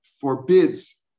forbids